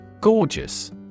Gorgeous